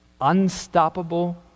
unstoppable